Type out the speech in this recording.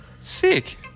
Sick